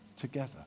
Together